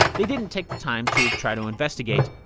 they didn't take the time to try to investigate.